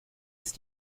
ist